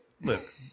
Look